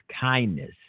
kindness